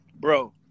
Bro